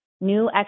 new